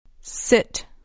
Sit